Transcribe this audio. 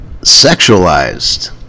sexualized